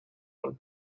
one